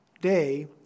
day